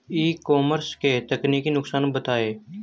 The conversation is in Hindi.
ई कॉमर्स के तकनीकी नुकसान बताएं?